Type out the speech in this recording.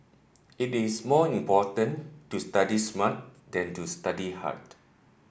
it is more important to study smart than to study hard